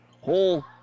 whole